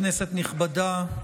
כנסת נכבדה,